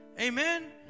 Amen